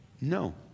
No